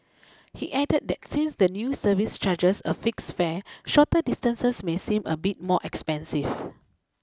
he added that since the new service charges a fixed fare shorter distances may seem a bit more expensive